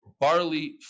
barley